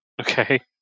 Okay